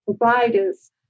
providers